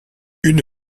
une